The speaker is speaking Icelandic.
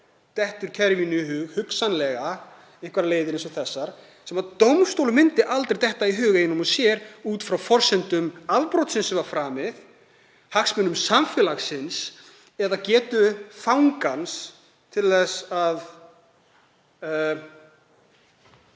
dettur kerfinu í hug að fara hugsanlega leiðir eins og þessar sem dómstólum myndi aldrei detta í hug út frá forsendum afbrotsins sem var framið, hagsmunum samfélagsins eða getu fangans til þess að